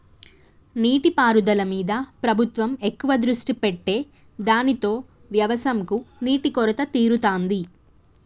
నీటి పారుదల మీద ప్రభుత్వం ఎక్కువ దృష్టి పెట్టె దానితో వ్యవసం కు నీటి కొరత తీరుతాంది